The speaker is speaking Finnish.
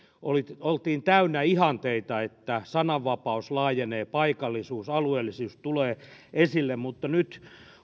oltiin täynnä ihanteita siitä että sananvapaus laajenee ja paikallisuus alueellisuus tulee esille mutta nyt